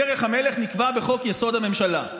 דרך המלך נקבעה בחוק-יסוד: הממשלה.